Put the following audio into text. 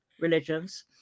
religions